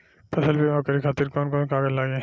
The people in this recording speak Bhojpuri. फसल बीमा करे खातिर कवन कवन कागज लागी?